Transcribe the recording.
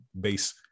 base